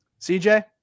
CJ